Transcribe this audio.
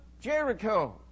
Jericho